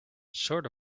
sort